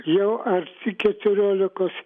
jau arti keturiolikos